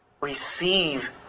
receive